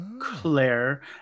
Claire